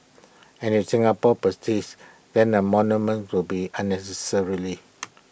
and if Singapore persists then A monument will be unnecessary